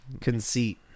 conceit